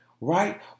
Right